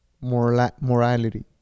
morality